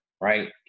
right